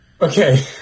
Okay